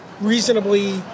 reasonably